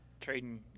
trading